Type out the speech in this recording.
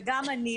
וגם אני,